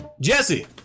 Jesse